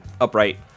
upright